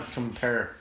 compare